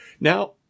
Now